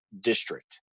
district